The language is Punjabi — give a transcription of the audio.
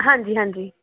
ਹਾਂਜੀ ਹਾਂਜੀ